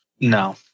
No